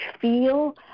feel